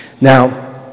Now